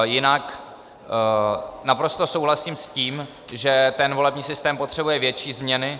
Jinak naprosto souhlasím s tím, že volební systém potřebuje větší změny.